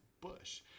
Bush